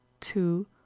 two